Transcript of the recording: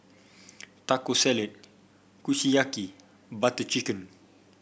Taco Salad Kushiyaki Butter Chicken